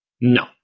No